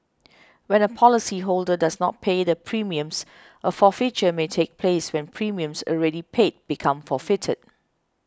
when a policyholder does not pay the premiums a forfeiture may take place where premiums already paid become forfeited